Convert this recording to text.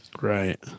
Right